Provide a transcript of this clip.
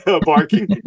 barking